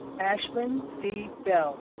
ashlyn c. bell